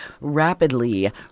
rapidly